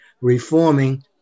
reforming